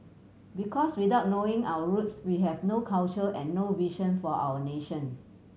because without knowing our roots we have no culture and no vision for our nation